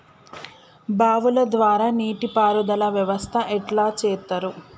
బావుల ద్వారా నీటి పారుదల వ్యవస్థ ఎట్లా చేత్తరు?